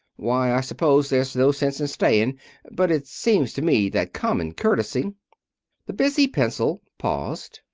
why i suppose there's no sense in staying but it seems to me that common courtesy the busy pencil paused,